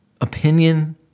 opinion